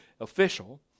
official